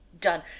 done